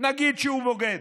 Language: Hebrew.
נגיד שהוא בוגד,